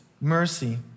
mercy